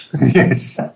Yes